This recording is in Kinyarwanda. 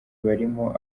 barimo